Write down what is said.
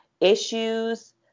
issues